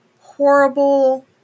horrible